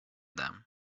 them